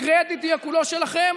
הקרדיט יהיה כולו שלכם.